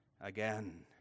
again